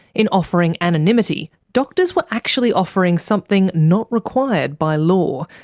in offering anonymity, doctors were actually offering something not required by law,